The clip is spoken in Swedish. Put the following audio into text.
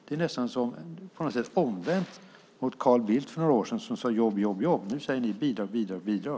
Det är nästan omvänt mot när Carl Bildt för några år sedan sade: Jobb, jobb, jobb. Nu säger ni: Bidrag, bidrag, bidrag.